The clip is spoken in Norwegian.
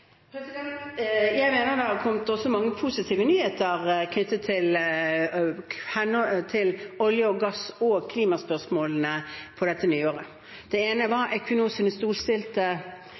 Jeg mener det også har kommet mange positive nyheter knyttet til olje-, gass- og klimaspørsmålene dette nyåret. Den ene var